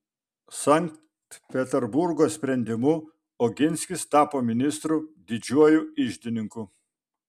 sankt peterburgo sprendimu oginskis tapo ministru didžiuoju iždininku